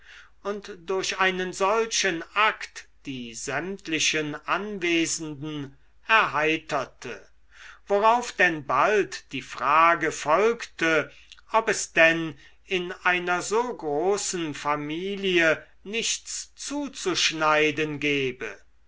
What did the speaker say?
und durch einen solchen akt die sämtlichen anwesenden erheiterte worauf denn bald die frage folgte ob es denn in einer so großen familie nichts zuzuschneiden gebe